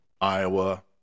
Iowa